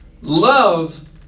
Love